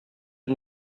you